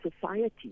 society